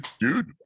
dude